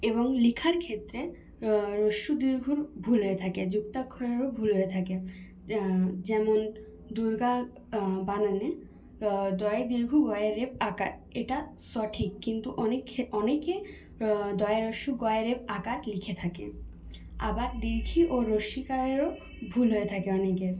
এবং লেখার ক্ষেত্রে হ্রস্ব উ দীর্ঘ ঊ ভুল হয়ে থাকে যুক্তাক্ষরেরও ভুল হয়ে থাকে যেমন দূর্গা বানানে দয়ে দীর্ঘ ঊ গয়ে রেফ আকার এটা সঠিক কিন্তু অনেক অনেকে দয়ে হ্রস্ব উ গায়ে রেফ আকার লিখে থাকে আবার দীর্ঘ ই ও হ্রস্ব ই কারেরও ভুল হয়ে থাকে অনেকের